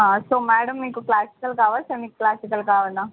so madam మీకు classical కావాలా semi classical కావాలా